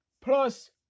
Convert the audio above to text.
Plus